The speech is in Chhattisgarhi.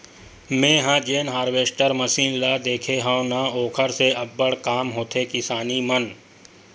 मेंहा जेन हारवेस्टर मसीन ल देखे हव न ओखर से अब्बड़ काम होथे किसानी मन